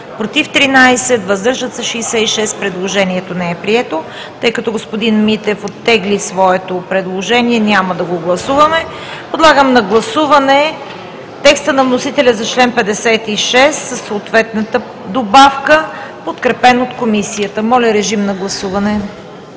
против 13, въздържали се 66. Предложението не е прието. Тъй като господин Митев оттегли своето предложение, няма да го гласуваме. Подлагам на гласуване текста на вносителя за чл. 56 със съответната добавка, подкрепен от Комисията. Гласували